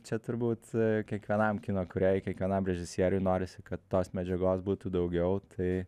čia turbūt kiekvienam kino kūrėjui kiekvienam režisieriui norisi kad tos medžiagos būtų daugiau tai